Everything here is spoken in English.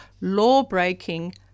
law-breaking